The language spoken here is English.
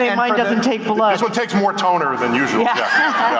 yeah mine doesn't take blood. it takes more toner than usual.